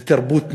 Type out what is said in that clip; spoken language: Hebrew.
זה תרבות נהיגה,